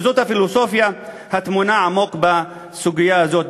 זאת הפילוסופיה הטמונה עמוק בסוגיה הזאת,